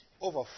over